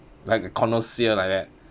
like a connoisseur like that